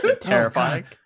Terrifying